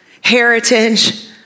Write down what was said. heritage